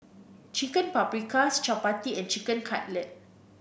Chicken Paprikas Chapati and Chicken Cutlet